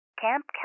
camp